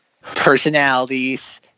Personalities